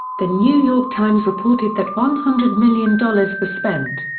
the new york times reported that one hundred million dollars was spent.